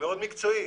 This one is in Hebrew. מאוד מקצועית.